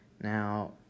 now